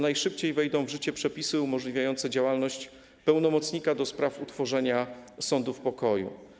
Najszybciej wejdą w życie przepisy umożliwiające działalność pełnomocnika do spraw utworzenia sądów pokoju.